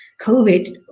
COVID